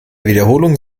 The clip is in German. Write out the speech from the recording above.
wiederholung